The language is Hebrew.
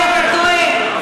אתה טועה.